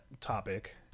topic